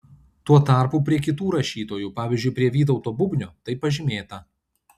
tuo tarpu prie kitų rašytojų pavyzdžiui prie vytauto bubnio tai pažymėta